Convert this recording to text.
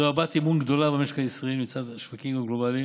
זו הבעת אמון גדולה במשק הישראלי מצד השווקים הגלובליים,